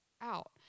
out